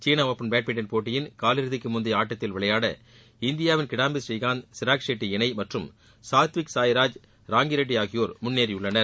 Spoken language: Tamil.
சீன ஒபன் பேட்மிண்டன் போட்டியின் காலிறுதிக்கு முந்தைய ஆட்டத்தில் விளையாட இந்தியாவின் கிடாம்பி ஸ்ரீகாந்த் சிராக் ஷெட்டி இணை மற்றும் சாத்விக் சாய்ராஜ் ராங்கி ரெட்டி ஆகியோர் முன்னேறியுள்ளனர்